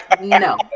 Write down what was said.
No